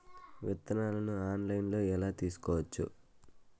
విత్తనాలను ఆన్లైన్లో ఎలా తీసుకోవచ్చు